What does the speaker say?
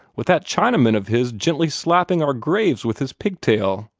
with that chinaman of his gently slapping our graves with his pigtail.